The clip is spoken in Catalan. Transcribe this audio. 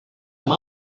amb